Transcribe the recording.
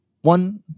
one